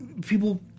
people